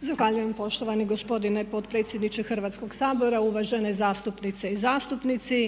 Zahvaljujem poštovani gospodine potpredsjedniče Hrvatskog sabora, uvažene zastupnice i zastupnici.